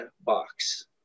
box